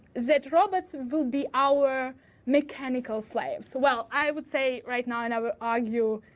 that robots will be our mechanical slaves. well, i would say right now and i will argue,